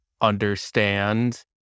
understand